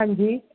हांजी